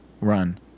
run